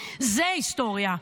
זו היסטוריה: